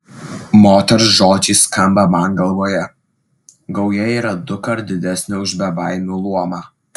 moters žodžiai skamba man galvoje gauja yra dukart didesnė už bebaimių luomą